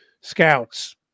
scouts